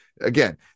again